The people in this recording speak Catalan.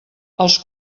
els